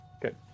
Good